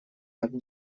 так